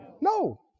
No